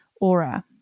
aura